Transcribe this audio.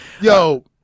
Yo